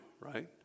right